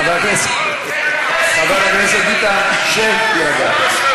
חבר הכנסת ביטן, שב, תירגע.